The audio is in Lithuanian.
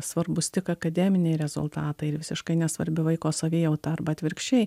svarbūs tik akademiniai rezultatai ir visiškai nesvarbi vaiko savijauta arba atvirkščiai